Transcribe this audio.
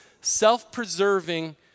self-preserving